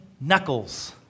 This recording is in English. Knuckles